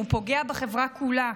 הוא פוגע בחברה כולה.